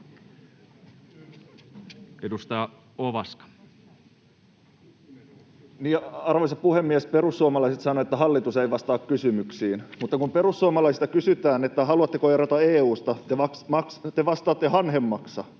Content: Arvoisa puhemies! Perussuomalaiset sanovat, että hallitus ei vastaa kysymyksiin, mutta kun perussuomalaisilta kysytään, haluatteko erota EU:sta, te vastaatte: hanhenmaksa.